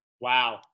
Wow